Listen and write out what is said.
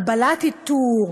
הגבלת איתור,